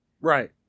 Right